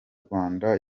rwanda